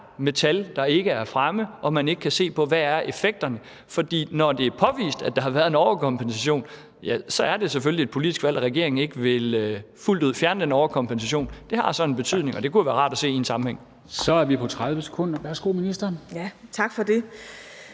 tal, der ikke er fremme, og hvor man ikke kan se, hvad effekterne er. For når det er påvist, at der har været en overkompensation, så er det selvfølgelig et politisk valg, at regeringen ikke fuldt ud vil fjerne den overkompensation. Det har så en betydning, og det kunne være rart at se i en sammenhæng. Kl. 13:23 Formanden (Henrik Dam Kristensen): Så er vi